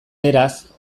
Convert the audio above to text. beraz